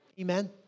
amen